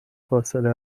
فاصله